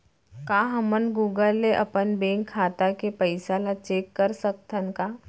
का हमन गूगल ले अपन बैंक खाता के पइसा ला चेक कर सकथन का?